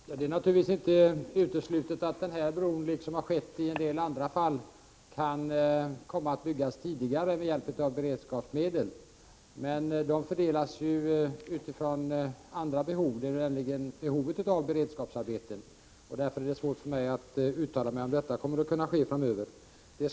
Herr talman! Det är naturligtvis inte uteslutet att den här bron, såsom har skett i en del andra fall, kan komma att byggas tidigare med hjälp av beredskapsmedel. Men dessa fördelas ju utifrån behovet av just beredskapsarbeten, och det är svårt för mig att uttala mig om huruvida man kommer att kunna ta dessa medel i anspråk.